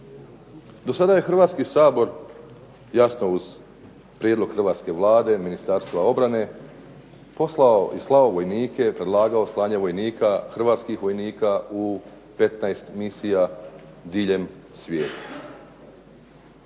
Do sada je Hrvatske sabor jasno uz prijedlog hrvatske Vlade, Ministarstva obrane poslao i slao vojnike, predlagao slanje vojnika, Hrvatskih vojnika u 15 misija diljem svijeta.